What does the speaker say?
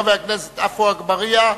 חבר הכנסת עפו אגבאריה.